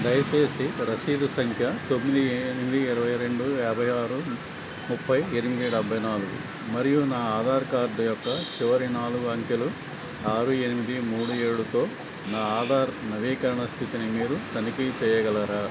దయచేసి రసీదు సంఖ్య తొమ్మిది ఎనిమిది ఇరవై రెండు యాభై ఆరు ముప్పై ఎనిమిది డెబ్బై నాలుగు మరియు నా ఆధార్ కార్డ్ యొక్క చివరి నాలుగు అంకెలు ఆరు ఎనిమిది మూడు ఏడుతో నా ఆధార్ నవీకరణ స్థితిని మీరు తనిఖీ చేయగలరా